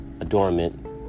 adornment